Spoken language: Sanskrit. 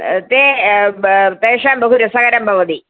ते तेषां बहु रसकरं भवति